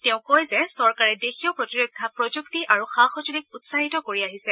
তেওঁ কয় যে চৰকাৰে দেশীয় প্ৰতিৰক্ষা প্ৰযুক্তি আৰু সা সঁজুলিক উৎসাহিত কৰি আহিছে